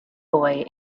boy